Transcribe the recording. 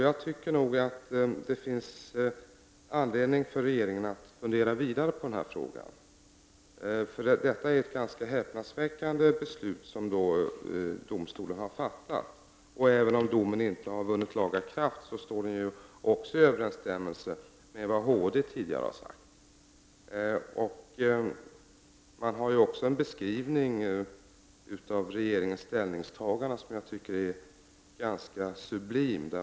Jag tycker att det finns anledning för regeringen att fundera vidare på denna fråga. Domstolen har fattat ett ganska häpnadsväckande beslut. Även om domen inte har vunnit laga kraft, står den i överensstämmelse med vad HD tidigare har sagt. Vidare finns det en beskrivning av regeringens ställningstagande som jag tycker är ganska sublim.